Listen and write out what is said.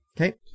Okay